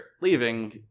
leaving